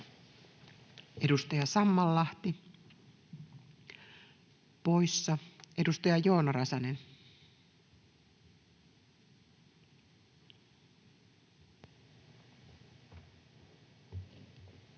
Edustaja Sammallahti, poissa. — Edustaja Joona Räsänen. Arvoisa